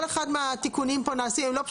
כל אחד מהתיקונים פה לא פשוטים,